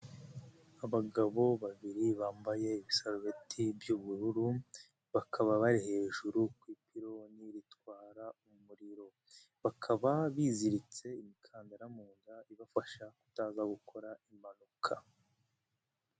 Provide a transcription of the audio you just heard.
Abagabo babiri bambaye ibisarubeti by'ubururu bakaba bari hejuru ku ipiironi ritwara umuriro, bakaba biziritse imikandara mu nda ibafasha kutaza gukora impanuka.